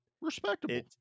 Respectable